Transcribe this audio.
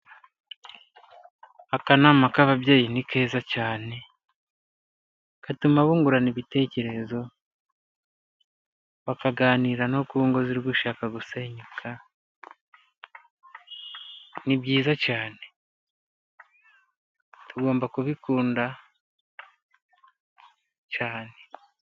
Akanama k'ababyeyi ni keza cyane, gatuma bungurana ibitekerezo, bakaganira no ku ngo ziri gushaka gusenyuka. Ni byiza cyane, tugomba kubikunda cyane.